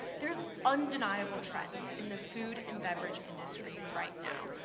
there is undeniable trends in the food and beverage industry right now,